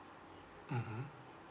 mmhmm